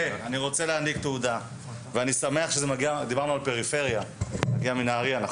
שמח שהגעת מנהריה אלינו.